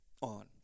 on